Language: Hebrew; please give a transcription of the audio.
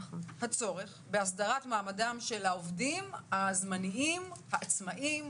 בהסדרת מעמדם של העובדים הזמניים העצמאים.